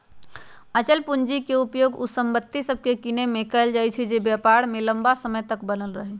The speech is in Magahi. अचल पूंजी के उपयोग उ संपत्ति सभके किनेमें कएल जाइ छइ जे व्यापार में लम्मा समय तक बनल रहइ